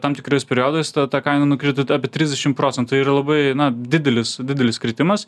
tam tikrais periodais ta kaina nukrito t apie trisdešim procentų tai yra labai didelis didelis kritimas